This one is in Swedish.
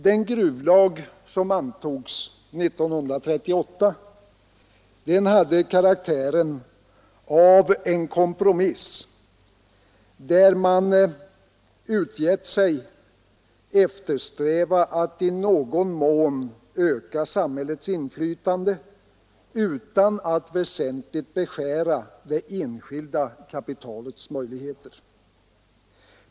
Den gruvlag som antogs 1938 hade karaktären av en kompromiss, där man uppgett sig eftersträva att i någon mån öka samhällets inflytande utan att väsentligt beskära det enskilda kapitalets möjligheter.